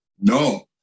no